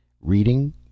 Reading